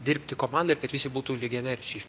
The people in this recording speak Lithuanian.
dirbti komandoj ir kad visi būtų lygiaverčiai